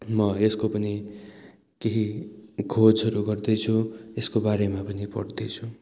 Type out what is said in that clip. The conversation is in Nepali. म यसको पनि केही खोजहरू गर्दैछु यसको बारेमा पनि पढ्दैछु